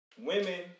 Women